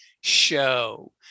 show